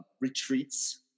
retreats